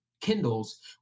kindles